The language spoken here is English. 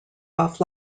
off